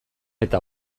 eta